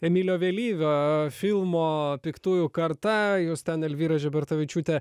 emilio vėlyvio filmo piktųjų karta jus ten elvyrą žebertavičiūtę